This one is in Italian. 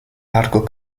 largo